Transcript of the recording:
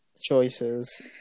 Choices